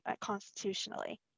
constitutionally